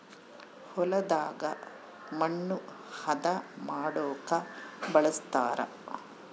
ಹೊಲದಾಗ ಮಣ್ಣು ಹದ ಮಾಡೊಕ ಬಳಸ್ತಾರ